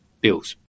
bills